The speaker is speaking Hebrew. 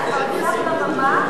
אני רוצה לומר.